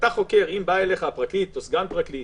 אם בא אליך פרקליט או סגן פרקליט,